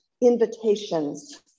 invitations